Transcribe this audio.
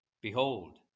Behold